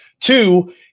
Two